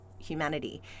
humanity